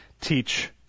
teach